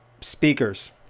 speakers